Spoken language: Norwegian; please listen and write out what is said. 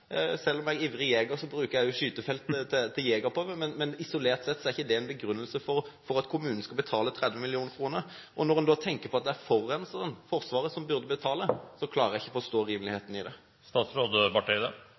Selv om jeg er en ivrig jeger og også bruker skytefeltet til jegerprøver, er det isolert sett ikke en begrunnelse for at kommunen skal betale 30 mill. kr. Når en tenker på at det er forurenseren – Forsvaret – som burde betale, klarer jeg ikke å forstå